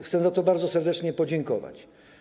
Chcę za to bardzo serdecznie podziękować.